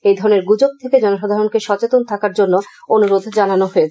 এই ধরনের গুজব থেকে জনসাধারণকে সচেতন থাকার জন্য অনুরোধ জানানো হয়েছে